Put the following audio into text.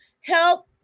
help